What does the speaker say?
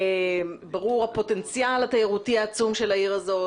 ברור הפוטנציאל התיירותי העצום של העיר הזאת.